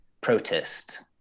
protest